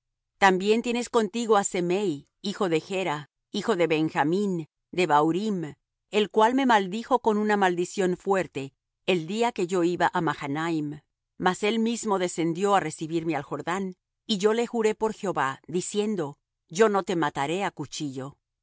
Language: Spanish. también tienes contigo á semei hijo de gera hijo de benjamín de bahurim el cual me maldijo con una maldición fuerte el día que yo iba á mahanaim mas él mismo descendió á recibirme al jordán y yo le juré por jehová diciendo yo no te mataré á cuchillo